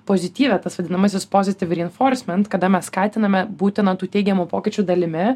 pozityvią tas vadinamasis pozityvi rinforisment kada mes skatiname būti na tų teigiamų pokyčių dalimi